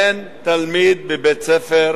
אין תלמיד בבית-ספר